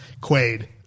quaid